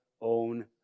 own